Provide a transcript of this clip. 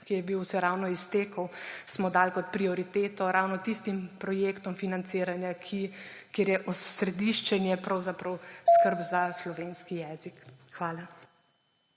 ki je bil, se je ravno iztekel, smo dali kot prioriteto ravno tistim projektom financiranja, kjer je osrediščenje pravzaprav skrb za slovenski jezik. Hvala.